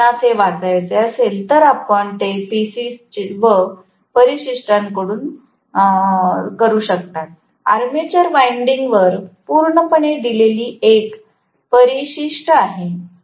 जर आपणास हे वाचायचे असेल तर आपण ते PCs व परिशिष्टांकडून करू शकता आर्मेचर वाइंडिंग वर पूर्णपणे दिलेली एक परिशिष्ट आहे